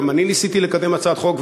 גם אני ניסיתי לקדם הצעת חוק,